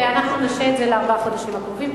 ואנחנו נשהה את זה לארבעת החודשים הקרובים.